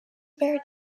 married